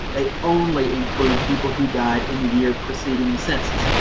they only include people who died in the year preceding the census,